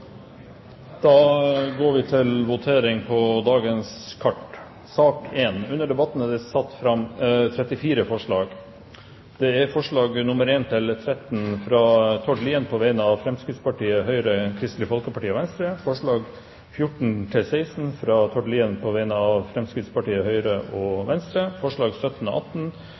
da klart til å gå til votering. Under debatten er det satt fram 34 forslag. Det er: forslagene nr. 1–13, fra Tord Lien på vegne av Fremskrittspartiet, Høyre, Kristelig Folkeparti og Venstre forslagene nr. 14–16, fra Tord Lien på vegne av Fremskrittspartiet, Høyre og Venstre forslagene nr. 17 og 18,